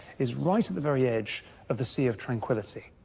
is right at the very edge of the sea of tranquility,